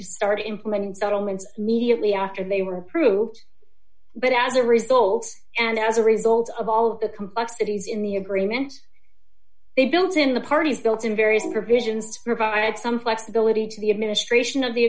to start implementing settlements mediately after they were approved but as a result and as a result of all the complexities in the agreement they built in the parties built in various provisions to provide some flexibility to the administration of the